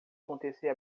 acontecer